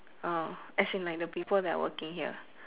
um as in like the people that are working here